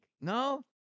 No